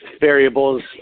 variables